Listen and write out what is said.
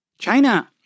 China